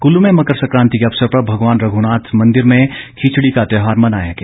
कुल्लू में मकर सकांति के अवसर पर भगवान रघुनाथ मंदिर में खिचड़ी का त्यौहार मनाया गया